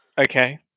Okay